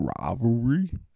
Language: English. Rivalry